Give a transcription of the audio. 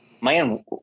man